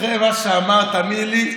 אחרי מה שאמרת, תאמיני לי,